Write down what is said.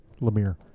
lemire